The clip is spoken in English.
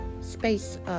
space